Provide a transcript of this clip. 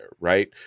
right